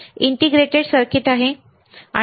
हे integrated circuit एकात्मिक circuit आहे बरोबर